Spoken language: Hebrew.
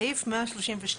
סעיף 132